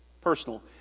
Personal